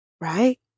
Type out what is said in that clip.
Right